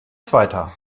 zweiter